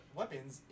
weapons